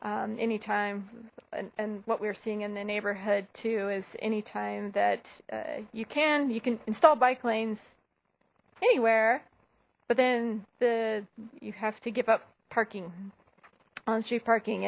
require anytime and what we're seeing in the neighborhood to is anytime that you can you can install bike lanes anywhere but then the you have to give up parking on street parking